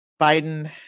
Biden